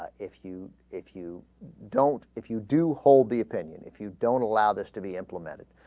if u if u don't if you do hold the opinion if you don't allow this to be implemented